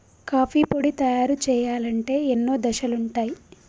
coffee పొడి తయారు చేయాలంటే ఎన్నో దశలుంటయ్